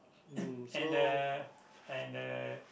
and uh and the